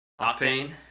Octane